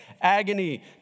agony